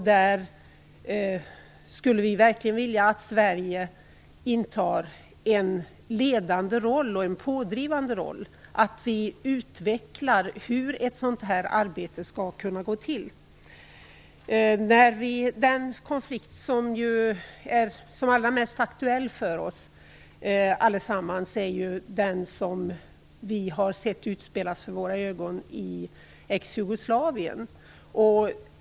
Vi skulle vilja att Sverige intar en ledande och pådrivande roll i detta arbete och utvecklar hur ett sådant arbete skall kunna gå till. Den konflikt som är mest aktuell för oss alla är ju den som utspelas inför våra ögon i Exjugoslavien.